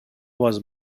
was